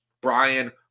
Brian